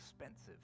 expensive